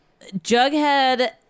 Jughead